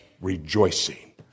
rejoicing